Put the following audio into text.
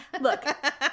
Look